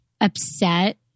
Upset